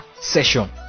session